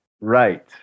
right